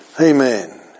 amen